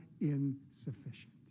insufficient